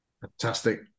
Fantastic